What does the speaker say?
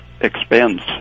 expense